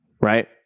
right